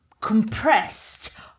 compressed